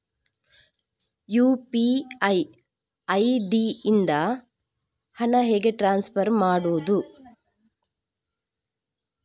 UPI ID ಇಂದ ಹಣ ಹೇಗೆ ಟ್ರಾನ್ಸ್ಫರ್ ಮಾಡುದು?